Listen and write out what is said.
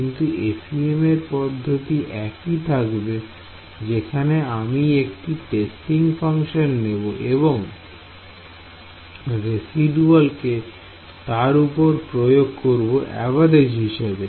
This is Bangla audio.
কিন্তু FEM এর পদ্ধতি একই থাকবে যেখানে আমি একটি তেস্টিং ফাংশন নেব এবং রেসিদুয়াল কে তার উপর প্রয়োগ করব এভারেজ হিসেবে